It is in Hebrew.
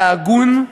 אתה הגון,